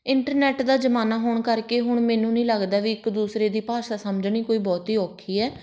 internet ਦਾ ਜ਼ਮਾਨਾ ਹੋਣ ਕਰਕੇ ਹੁਣ ਮੈਨੂੰ ਨਹੀਂ ਲੱਗਦਾ ਵੀ ਇੱਕ ਦੂਸਰੇ ਦੀ ਭਾਸ਼ਾ ਸਮਝਣੀ ਕੋਈ ਬਹੁਤੀ ਔਖੀ ਹੈ